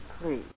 Please